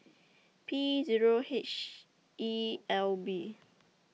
P Zero H E L B